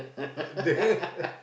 then